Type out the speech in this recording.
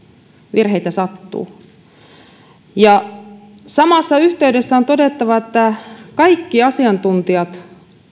virheitä sattuu samassa yhteydessä on todettava että kaikki asiantuntijat